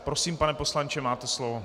Prosím, pane poslanče, máte slovo.